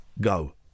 go